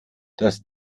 das